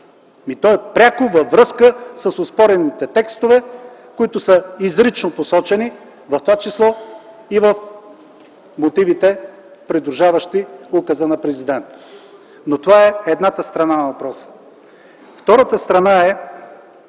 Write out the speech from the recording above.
То е пряко във връзка с оспорените текстове, които са изрично посочени, в това число и в мотивите, придружаващи Указа на президента. Но това е едната страна на въпроса. Втората страна е,